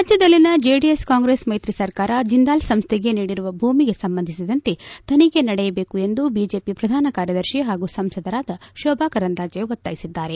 ರಾಜ್ಯದಲ್ಲಿನ ಜೆಡಿಸ್ ಕಾಂಗ್ರೆಸ್ ಮೈತ್ರಿ ಸರ್ಕಾರ ಜಿಂದಾಲ್ ಸಂಸ್ಥೆಗೆ ನೀಡಿರುವ ಭೂಮಿಗೆ ಸಂಬಂಧಿಸಿದಂತೆ ತನಿಖೆ ನಡೆಯಬೇಕು ಎಂದು ಬಿಜೆಪಿ ಪ್ರಧಾನ ಕಾರ್ಯದರ್ಶಿ ಹಾಗೂ ಸಂಸದರಾದ ಶೋಭಾ ಕರಂದ್ಲಾಜೆ ಒತ್ತಾಯಿಸಿದ್ದಾರೆ